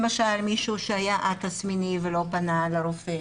למשל מישהו שהיה א-תסמיני ולא פנה לרופא,